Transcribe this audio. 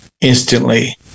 instantly